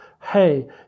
hey